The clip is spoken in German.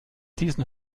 diesen